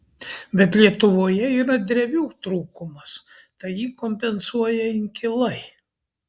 bet lietuvoje yra drevių trūkumas tai jį kompensuoja inkilai